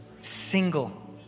single